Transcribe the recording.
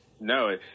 No